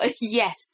Yes